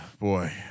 Boy